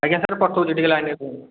ଆଜ୍ଞା ସାର୍ ପଠାଉଛି ଟିକେ ଲାଇନ୍ରେ ରୁହନ୍ତୁ